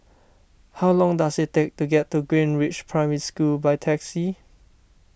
how long does it take to get to Greenridge Primary School by taxi